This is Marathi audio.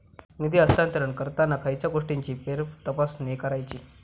निधी हस्तांतरण करताना खयच्या गोष्टींची फेरतपासणी करायची?